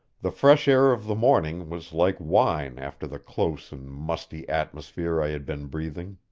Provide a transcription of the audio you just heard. the fresh air of the morning was like wine after the close and musty atmosphere i had been breathing.